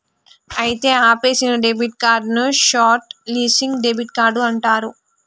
అయితే ఆపేసిన debit card ని హట్ లిస్సింగ్ డెబిట్ కార్డ్ అంటారు